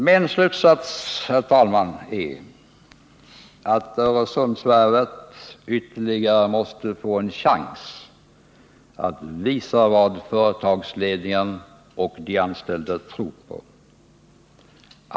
Min slutsats, herr talman, är att Öresundsvarvet måste få ytterligare en chans att visa vad företagsledningen och de anställda tror på.